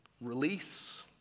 release